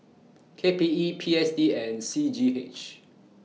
K P E P S D and C G H